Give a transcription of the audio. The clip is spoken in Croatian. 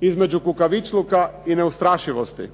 između kukavičluka i neustrašivosti.